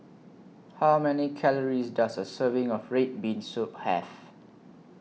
How Many Calories Does A Serving of Red Bean Soup Have